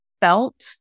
felt